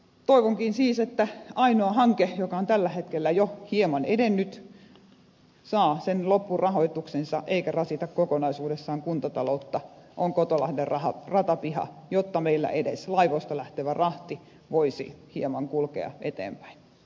toivonkin siis että ainoa hanke joka on tällä hetkellä jo hieman edennyt kotolahden ratapiha saa sen loppurahoituksensa eikä rasita kokonaisuudessaan kuntataloutta jotta meillä edes laivoista lähtevä rahti voisi hieman kulkea eteenpäin